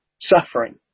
suffering